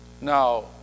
Now